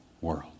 world